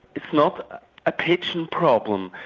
it's not a pigeon problem,